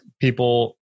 people